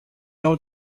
old